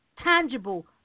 tangible